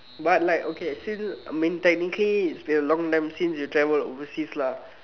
but like okay since I mean technically it has been a long time since you travelled overseas lah